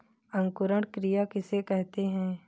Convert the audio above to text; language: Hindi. अंकुरण क्रिया किसे कहते हैं?